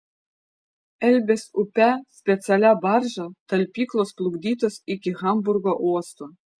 elbės upe specialia barža talpyklos plukdytos iki hamburgo uosto